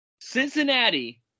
Cincinnati